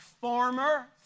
former